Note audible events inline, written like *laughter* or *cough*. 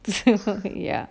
*laughs* ya